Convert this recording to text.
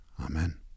Amen